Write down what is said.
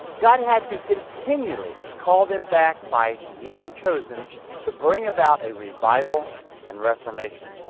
god had to continually call them back by one chosen to bring about a revival and reformation.